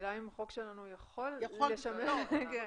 השאלה אם החוק שלנו יכול לשמש אותם.